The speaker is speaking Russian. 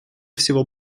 всего